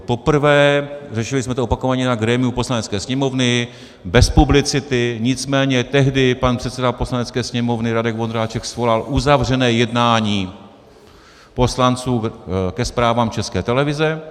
Poprvé řešili jsme to opakovaně na grémiu Poslanecké sněmovny, bez publicity nicméně tehdy pan předseda Poslanecké sněmovny Radek Vondráček svolal uzavřené jednání poslanců ke zprávám České televize.